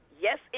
Yes